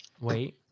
Wait